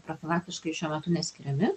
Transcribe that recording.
profilaktiškai šiuo metu neskiriami